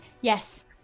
yes